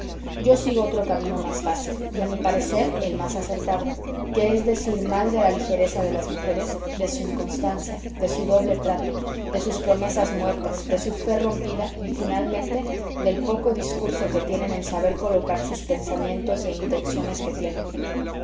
yo sigo otro camino más fácil y a mi parecer el más acertado que es decir mal de la ligereza de las mujeres de su inconstancia de su doble trato de sus promesas muertas de su fe rompida y finalmente del poco discurso que tienen en saber colocar sus pensamientos e intenciones que tienen